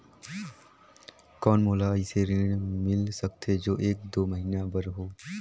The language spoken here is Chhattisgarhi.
कौन मोला अइसे ऋण मिल सकथे जो एक दो महीना बर हो?